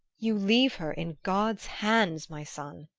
you leave her in god's hands, my son.